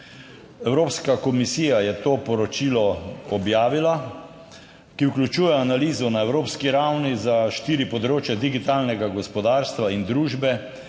Evropska komisija je to poročilo objavila, ki vključuje analizo na evropski ravni za štiri področja digitalnega gospodarstva in družbe,